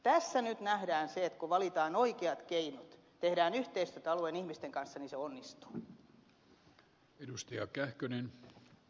tässä nyt nähdään se että kun valitaan oikeat keinot tehdään yhteistyötä alueen ihmisten kanssa niin se onnistuu